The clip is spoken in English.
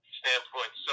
standpoint